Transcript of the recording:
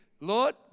Lord